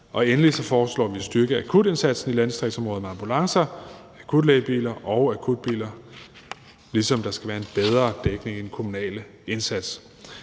Og endelig foreslår vi at styrke akutindsatsen i landdistriktsområderne med ambulancer, akutlægebiler og akutbiler, ligesom der skal være en bedre dækning i den kommunale indsats.